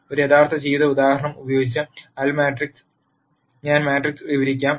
ഒരു യഥാർത്ഥ ജീവിത ഉദാഹരണം ഉപയോഗിച്ച് ഞാൻ മാട്രിക്സ് വിശദീകരിക്കാം